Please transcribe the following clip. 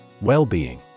Well-being